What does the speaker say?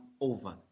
over